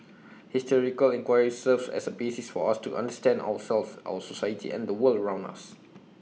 historical enquiry serves as A basis for us to understand ourselves our society and the world around us